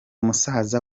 musaza